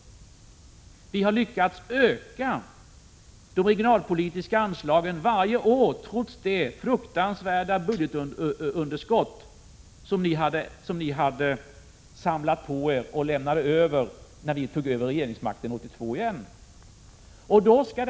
Vi har lyckats öka de regionalpolitiska anslagen varje år, trots det fruktansvärda budgetunderskott som ni samlade på er och lämnade över när vi fick åter regeringsmakten 1982.